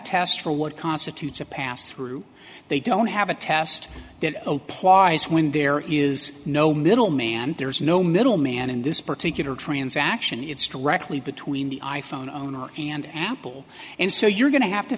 test for what constitutes a passthrough they don't have a test that o plies when there is no middleman there is no middleman in this particular transaction it's directly between the i phone owner and apple and so you're going to have to